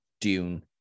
Dune